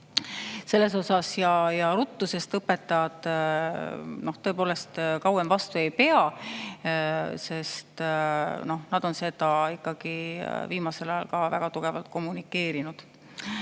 selles osas ruttu, sest õpetajad tõepoolest kauem vastu ei pea. Nad on seda viimasel ajal ikkagi väga tugevalt kommunikeerinud.